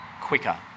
quicker